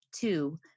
Two